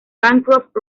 bancroft